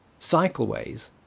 cycleways